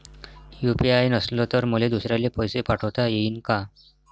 UPI नसल तर मले दुसऱ्याले पैसे पाठोता येईन का?